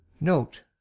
Note